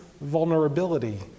vulnerability